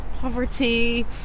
poverty